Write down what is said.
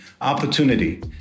opportunity